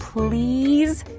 please!